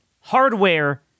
hardware